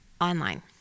Online